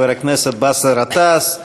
חבר הכנסת באסל גטאס,